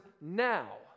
now